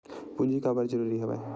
पूंजी काबर जरूरी हवय?